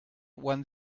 when